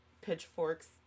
Pitchfork's